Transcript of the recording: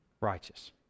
righteous